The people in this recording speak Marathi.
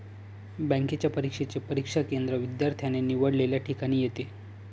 बँकेच्या परीक्षेचे परीक्षा केंद्र विद्यार्थ्याने निवडलेल्या ठिकाणी येते